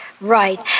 Right